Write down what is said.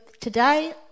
today